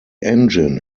engine